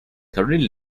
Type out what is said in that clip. currently